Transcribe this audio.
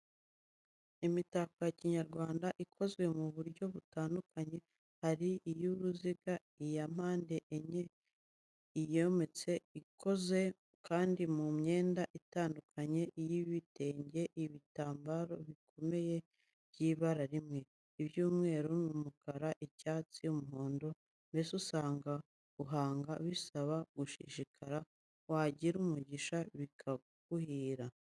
Imitako ya Kinyarwanda iba ikomeze mu buryo bitandukanye, hari iy'uruziga, iya mpande enye ipfumaguye, iyometse, ikoze kandi mu myenda itandukanye, iy'ibitenge, ibitambaro bikomeye by'ibara rimwe, iby'umweru n'umukara, icyatsi, umuhondo, mbese usanga guhanga bisaba gushishikara, wagira umugisha bikaguhira.